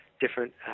different